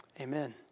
amen